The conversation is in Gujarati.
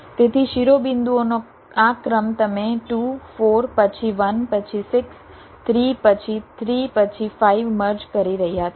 તેથી શિરોબિંદુઓનો આ ક્રમ તમે 2 4 પછી 1 પછી 6 3 પછી 3 પછી 5 મર્જ કરી રહ્યાં છો